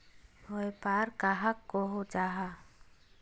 व्यापार कहाक को जाहा?